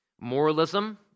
Moralism